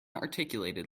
articulated